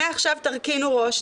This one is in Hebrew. מעכשיו תרכינו ראש,